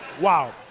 Wow